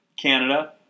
Canada